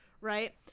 right